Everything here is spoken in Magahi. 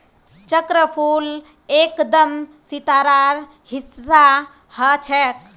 चक्रफूल एकदम सितारार हिस्सा ह छेक